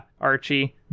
Archie